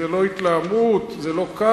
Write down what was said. זאת לא התלהמות, זה לא כעס,